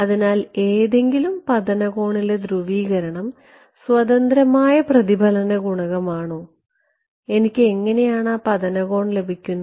അതിനാൽ ഏതെങ്കിലും പതന കോണിലെ ധ്രുവീകരണം സ്വതന്ത്രമായ പ്രതിഫലന ഗുണകമാണോ എനിക്ക് എങ്ങനെയാണ് ആ പതന കോൺ ലഭിച്ചത്